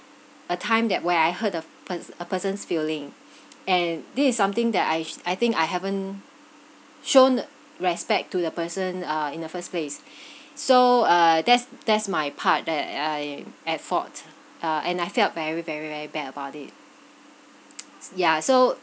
a time that when I hurt the pers~ a person's feeling and this is something that I sh~ I think I haven't shown the respect to the person uh in the first place so uh that's that's my part that I'm at fault uh and I felt very very very very bad about it ya so